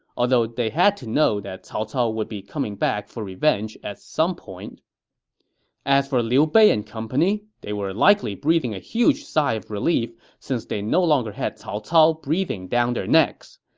although they had to know that cao cao would be coming back for revenge at some point as for liu bei and company, they were likely breathing a huge sigh of relief since they no longer had cao cao breathing down their necks.